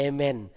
Amen